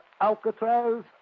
Alcatraz